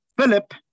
Philip